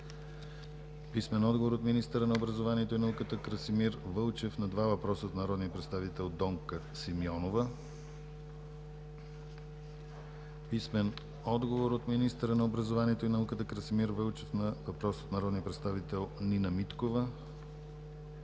Велчев; - министъра на образованието и науката Красимир Вълчев на два въпроса от народния представител Донка Симеонова; - министъра на образованието и науката Красимир Вълчев на въпрос от народния представител Нина Миткова;